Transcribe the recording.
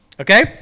Okay